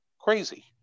Crazy